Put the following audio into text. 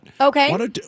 Okay